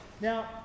Now